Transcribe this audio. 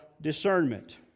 discernment